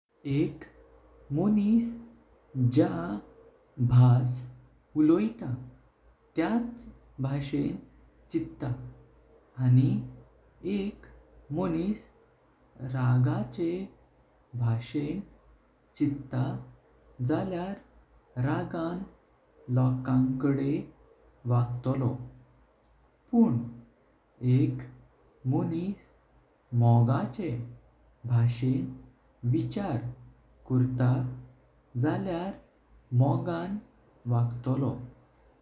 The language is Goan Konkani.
एक मानस ज्या भास उळोयता त्याच भाषेन चित्त। आणि एक मानस रागाचे भाषेन चित्त जल्यार रागान लोकांकडे वागतलो। पण एक मानस मोग्गाचे भाषेन विचार करता जल्यार मोगान वागतलो।